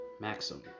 maxim